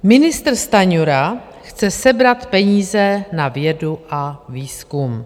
Ministr Stanjura chce sebrat peníze na vědu a výzkum.